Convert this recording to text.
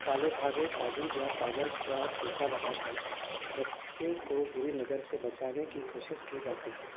کالے دھاگے تعویض یا کاجل کا ٹیکا لگا کر بچے کو بری نظر سے بچانے کی کوشش کی جاتی ہے